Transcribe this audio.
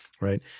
Right